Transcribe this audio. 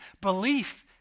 belief